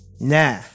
nah